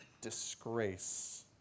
disgrace